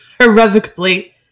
irrevocably